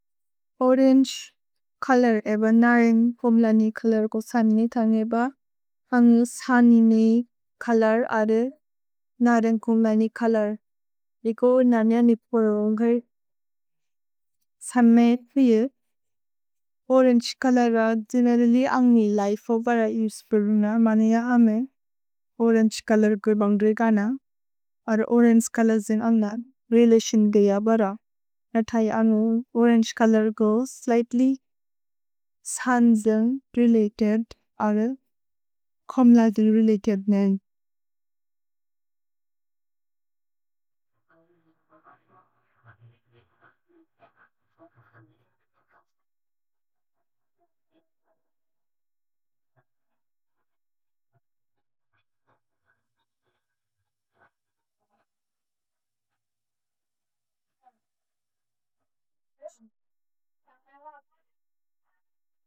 Orange colour एव नरेन्ग् फोम्लनि कलर् को सनिनि तन् एब हन्ल् सनिनि कलर् अर्रे नरेन् कोम्लनि कलर्। एको नर्निअ निपो रोन्घे सम्मे त्विये। ओरेन्ज् कलर दिनरिलि अन्ग्नि लिफे ओ वरै उस्पेरुन मनिअ अमे। ओरेन्ज् कलर् कुर् बन्द्रेगन अर् ओरेन्ज् कलजिन् अन्न रेलेक्सिन्गेय बर। रथै अनु ओरेन्ज् कलर् को स्लिघ्त्ल्य् सन्जेन् रेलतेद् अर्रे कोम्ललि रेलतेद् नेन्।